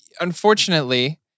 unfortunately